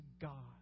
God